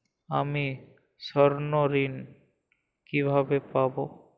আমি স্বর্ণঋণ কিভাবে পাবো?